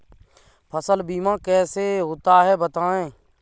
फसल बीमा कैसे होता है बताएँ?